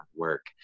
Work